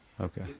Okay